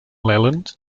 leland